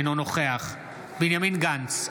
אינו נוכח בנימין גנץ,